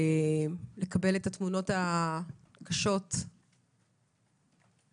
לקבל את התמונות הקשות תוך כדי השיחות,